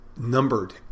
numbered